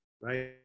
right